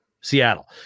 Seattle